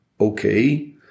okay